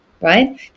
right